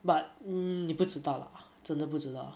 but 你不知道了真的不知道